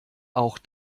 auch